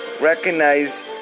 Recognize